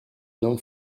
non